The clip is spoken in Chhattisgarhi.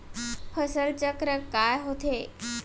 फसल चक्र का होथे?